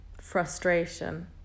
frustration